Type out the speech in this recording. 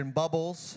bubbles